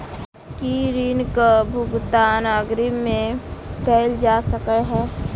की ऋण कऽ भुगतान अग्रिम मे कैल जा सकै हय?